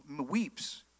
weeps